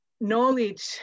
knowledge